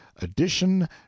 addition